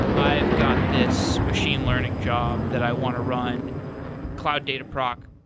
i've got this machine learning job that i want to run cloud dataproc.